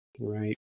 right